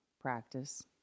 Practice